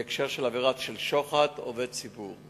בהקשר של עבירת שוחד של עובד ציבור.